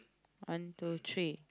one two three